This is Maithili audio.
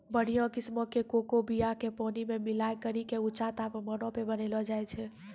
बढ़िया किस्मो के कोको बीया के पानी मे मिलाय करि के ऊंचा तापमानो पे बनैलो जाय छै